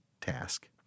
task